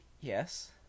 Yes